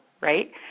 right